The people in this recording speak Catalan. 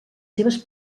seves